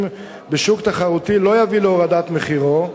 בשוק תחרותי לא תביא להורדת מחירם.